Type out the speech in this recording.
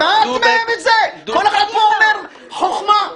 כל אחד פה אומר: חוכמה.